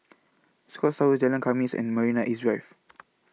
The Scotts Tower Jalan Khamis and Marina East Drive